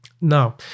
Now